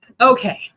Okay